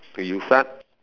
do you start